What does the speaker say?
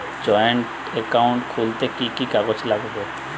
Joint account খুলতে কি কি কাগজ লাগবে?